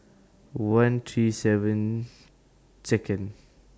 one three seven Second